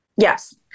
Yes